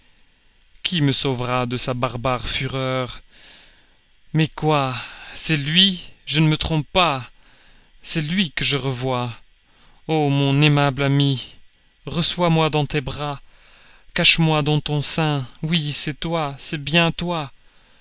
qui me sauvera de sa barbare fureur mais quoi c'est lui je ne me trompe pas c'est lui que je revois o mon aimable ami reçois moi dans tes bras cache moi dans ton sein oui c'est toi c'est bien toi